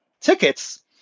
tickets